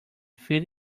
feet